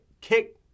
kick